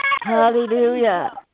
hallelujah